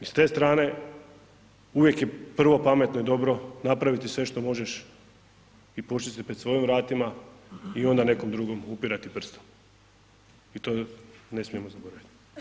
I s te strane uvijek je prvo pametno i dobro napraviti što možeš i počisti pred svojim vratima i onda nekog drugog upirat prstom i to ne smijemo zaboraviti.